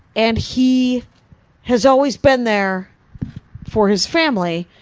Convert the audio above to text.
and he has always been there for his family,